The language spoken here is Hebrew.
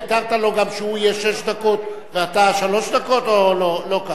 ויתרת לו גם שהוא יהיה שש דקות ואתה שלוש דקות או לא כך?